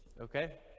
Okay